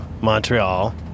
Montreal